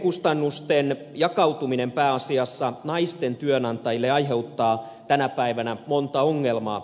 perhekustannusten jakautuminen pääasiassa naisten työnantajille aiheuttaa tänä päivänä monta ongelmaa